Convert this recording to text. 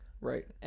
Right